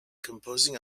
composing